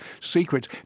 secrets